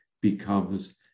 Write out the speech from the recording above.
becomes